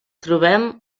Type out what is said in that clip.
trobem